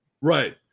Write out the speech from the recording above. Right